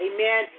Amen